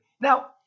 Now